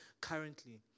currently